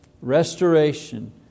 Restoration